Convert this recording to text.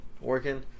Working